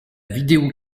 vidéo